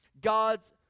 God's